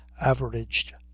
averaged